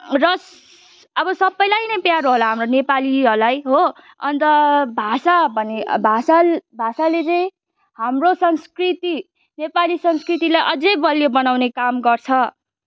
र अब सबैलाई नै प्यारो होला हाम्रो नेपालीहरूलाई हो अन्त भाषा भने भाषा भाषाले चाहिँ हाम्रो संस्कृति नेपाली संस्कृतिलाई अझै बलियो बनाउने काम गर्छ